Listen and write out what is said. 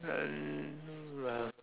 um uh